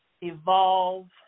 evolve